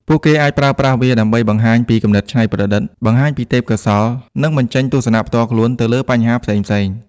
ពួកគេអាចប្រើប្រាស់វាដើម្បី បង្ហាញពីគំនិតច្នៃប្រឌិត បង្ហាញពីទេពកោសល្យ និង បញ្ចេញទស្សនៈផ្ទាល់ខ្លួន ទៅលើបញ្ហាផ្សេងៗ។